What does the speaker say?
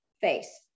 face